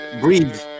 Breathe